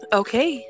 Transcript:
okay